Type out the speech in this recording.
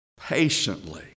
patiently